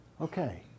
Okay